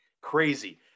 crazy